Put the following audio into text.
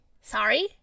Sorry